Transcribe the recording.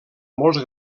molts